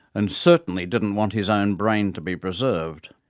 and certainly didn't want his own brain to be preserved.